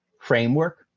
framework